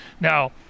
Now